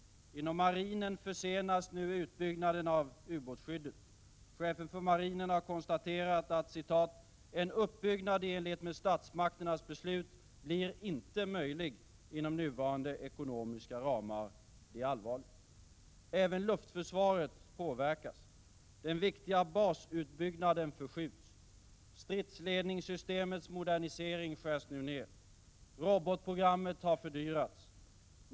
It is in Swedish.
Inom marinen försenas nu utbyggnaden av ubåtsskyddet. Chefen för marinen har konstaterat att ”en uppbyggnad i enlighet med statsmakternas beslut blir inte möjlig inom nuvarande ekonomiska ramar”. Det är allvarligt. Även luftförsvaret påverkas. Den viktiga basutbyggnaden förskjuts. Stridsledningssystemets modernisering skärs nu ned. Robotprogrammet har fördyrats.